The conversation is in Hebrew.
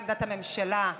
עמדת הממשלה,